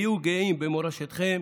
היו גאים במורשתכם.